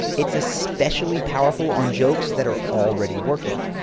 it's especially powerful on jokes that are already working.